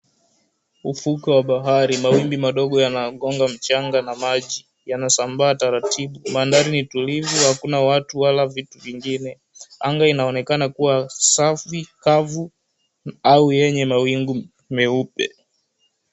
Ufukwe wa bahari. Mawimbi madogo yanagonga mchanga na maji yanasambaa taratibu. Mandhari ni tulivu, hakuna watu wala vitu vingine. Anga inaonekana 𝑘𝑢𝑤𝑎 safi, kavu au yenye mawingu meupe.